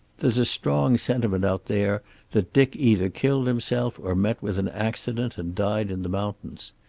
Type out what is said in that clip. there's a strong sentiment out there that dick either killed himself or met with an accident and died in the mountains.